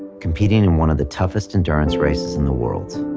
competing in one of the toughest endurance races in the world.